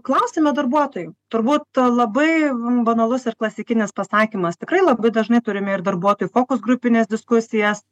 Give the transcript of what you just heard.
klausiame darbuotojų turbūt labai banalus ir klasikinis pasakymas tikrai labai dažnai turime ir darbuotojų fokus grupines diskusijas